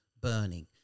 burning